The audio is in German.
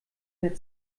mehr